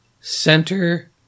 center